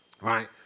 Right